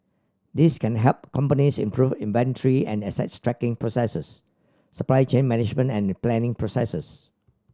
these can help companies improve inventory and asset tracking processes supply chain management and planning processes